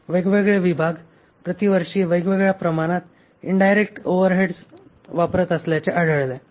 वेगवेगळे विभाग प्रतिवर्षी वेगवेगळ्या प्रमाणात इनडायरेक्ट ओव्हरहेड वापरत असल्याचे आढळले